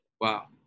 Wow